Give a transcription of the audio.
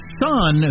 son